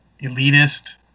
elitist